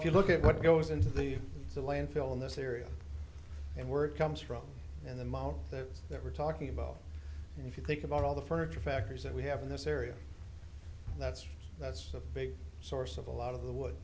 if you look at what goes into the landfill in this area and word comes from him out there that we're talking about and if you think about all the furniture factories that we have in this area that's that's a big source of a lot of the wood